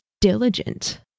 Diligent